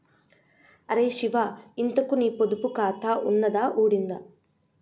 అరే శివా, ఇంతకూ నీ పొదుపు ఖాతా ఉన్నదా ఊడిందా